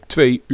Twee